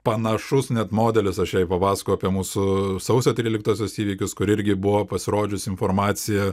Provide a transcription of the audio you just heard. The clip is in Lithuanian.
panašus net modelis aš jai papasakojau apie mūsų sausio tryliktosios įvykius kur irgi buvo pasirodžius informacija